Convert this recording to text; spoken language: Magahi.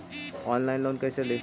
ऑनलाइन लोन कैसे ली?